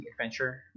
adventure